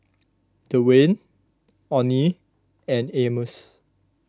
Dewayne oney and Amos